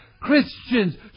Christians